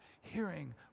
hearing